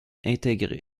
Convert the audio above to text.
intègrent